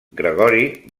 gregori